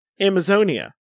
Amazonia